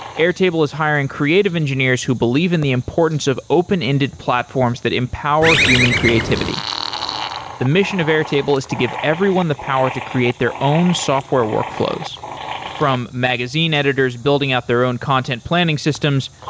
airtable is hiring creative engineers who believe in the importance of open-ended platforms that empower human creativity the mission of airtable is to give everyone the power to create their own software workflows from magazine editors building out their own content planning systems,